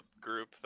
group